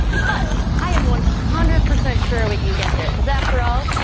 but i am one hundred percent sure we can get there because after all,